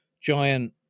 giant